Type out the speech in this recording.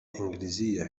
الإنجليزية